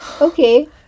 okay